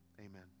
Amen